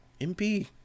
MP